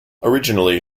originally